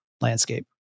landscape